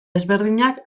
ezberdinak